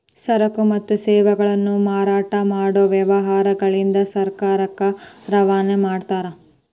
ಸರಕು ಮತ್ತು ಸೇವೆಗಳನ್ನ ಮಾರಾಟ ಮಾಡೊ ವ್ಯವಹಾರಗಳಿಂದ ಸರ್ಕಾರಕ್ಕ ರವಾನೆ ಮಾಡ್ತಾರ